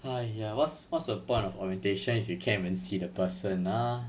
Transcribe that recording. !haiya! what's what's the point of orientation if you can't even see the person ah